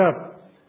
up